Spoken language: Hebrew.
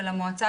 של המועצה,